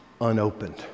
unopened